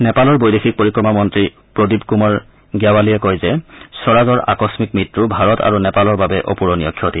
নেপালৰ বৈদেশিক পৰিক্ৰমা মন্ত্ৰী প্ৰদীপ কুমাৰ জ্ঞাৱালীয়ে কয় যে স্বৰাজৰ আকস্মিক মৃত্যু ভাৰত আৰু নেপালৰ বাবে অপূৰণীয় ক্ষতি